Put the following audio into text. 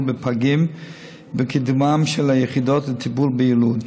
בפגים ובקידומן של היחידות לטיפול ביילוד,